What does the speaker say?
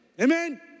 Amen